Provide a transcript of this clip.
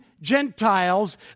Gentiles